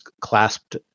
clasped